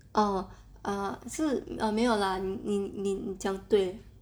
orh uh 是没有 lah 你讲对